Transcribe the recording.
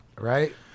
Right